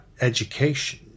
education